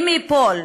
אם אפול,